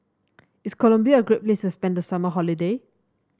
is Colombia a great place to spend the summer holiday